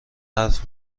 حرف